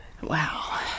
Wow